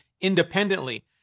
independently